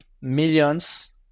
millions